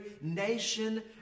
nation